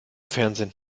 fernsehen